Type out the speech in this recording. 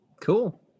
Cool